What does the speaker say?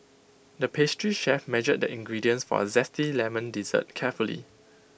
the pastry chef measured the ingredients for A Zesty Lemon Dessert carefully